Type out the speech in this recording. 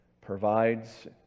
provides